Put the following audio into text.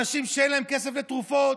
אנשים שאין להם כסף לתרופות.